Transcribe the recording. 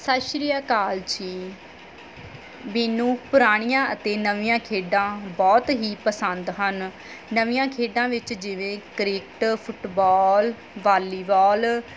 ਸਤਿ ਸ਼੍ਰੀ ਅਕਾਲ ਜੀ ਮੈਨੂੰ ਪੁਰਾਣੀਆਂ ਅਤੇ ਨਵੀਆਂ ਖੇਡਾਂ ਬਹੁਤ ਹੀ ਪਸੰਦ ਹਨ ਨਵੀਆਂ ਖੇਡਾਂ ਵਿਚ ਜਿਵੇਂ ਕ੍ਰਿਕਟ ਫੁਟਬਾਲ ਬੋਲੀਬਾਲ